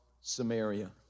Samaria